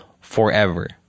forever